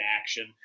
action